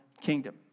kingdom